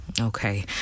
Okay